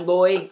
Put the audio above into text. Boy